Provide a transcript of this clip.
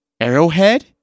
Arrowhead